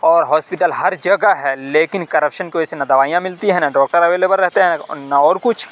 اور ہاسپیٹل ہر جگہ کا ہے لیکن کرپشن کی وجہ سے نہ دوائیاں ملتی ہیں نہ ڈاکٹر اویلیبل رہتے ہیں نہ اور کچھ